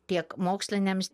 tiek moksliniams